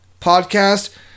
podcast